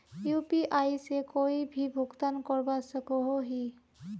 UPI से कोई भी भुगतान करवा सकोहो ही?